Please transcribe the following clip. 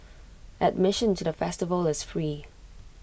admission to the festival is free